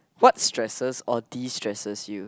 what stresses or destresses you